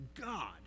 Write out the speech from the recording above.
god